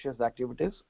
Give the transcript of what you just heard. activities